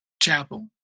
chapel